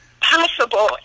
possible